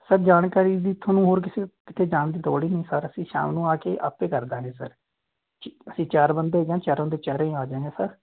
sir ਜਾਣਕਰੀ ਦੀ ਤੁਹਾਨੂੰ ਹੋਰ ਕਿਸੇ ਕਿਤੇ ਜਾਣ ਦੀ ਲੋੜ ਹੀ ਨਹੀਂ ਸਰ ਅਸੀਂ ਸ਼ਾਮ ਨੂੰ ਆ ਕੇ ਆਪੇ ਕਰ ਦਾਂਗੇ ਸਰ ਅਸੀਂ ਚਾਰ ਬੰਦੇ ਹੈਗੇ ਹਾਂ ਚਾਰੋਂ ਦੇ ਚਾਰੇ ਆ ਜਾਂਗੇ ਸਰ